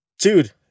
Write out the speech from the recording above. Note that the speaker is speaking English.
dude